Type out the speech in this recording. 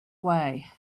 way